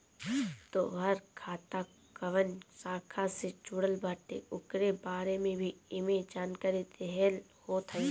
तोहार खाता कवनी शाखा से जुड़ल बाटे उकरे बारे में भी एमे जानकारी देहल होत हवे